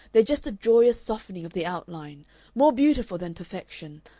they're just a joyous softening of the outline more beautiful than perfection.